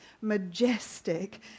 majestic